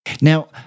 Now